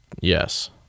yes